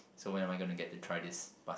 so when am I gonna get to try this